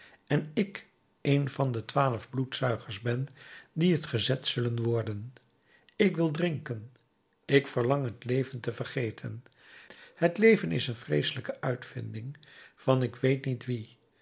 en ik een van de twaalf bloedzuigers ben die het gezet zullen worden ik wil drinken ik verlang het leven te vergeten het leven is een vreeselijke uitvinding van ik weet niet wien